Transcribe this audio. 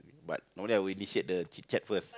but normally I will initiate the chit-chat first